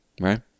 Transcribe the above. Right